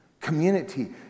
community